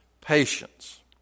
Patience